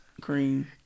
cream